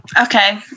Okay